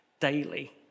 daily